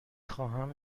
خواهم